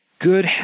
Good